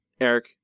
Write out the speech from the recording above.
Eric